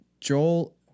Joel